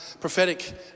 prophetic